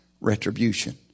retribution